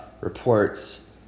reports